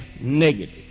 negative